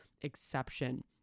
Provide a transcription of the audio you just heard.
exception